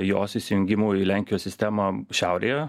jos įsijungimu į lenkijos sistemą šiaurėje